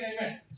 amen